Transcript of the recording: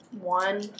One